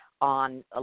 On